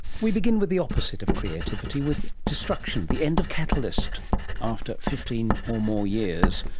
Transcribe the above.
we begin with the opposite of creativity, with destruction, the end of catalyst after fifteen or more years.